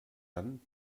dann